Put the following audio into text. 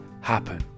happen